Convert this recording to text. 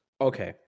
okay